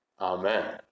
amen